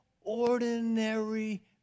ordinary